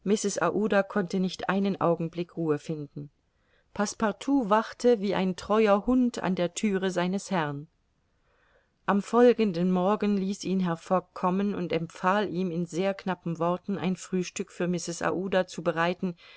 konnte nicht einen augenblick ruhe finden passepartout wachte wie ein treuer hund an der thüre seines herrn am folgenden morgen ließ ihn herr fogg kommen und empfahl ihm in sehr knappen worten ein frühstück für mrs aouda